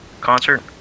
concert